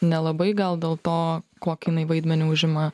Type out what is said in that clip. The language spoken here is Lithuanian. nelabai gal dėl to kokį jinai vaidmenį užima